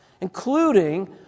including